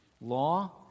Law